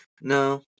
No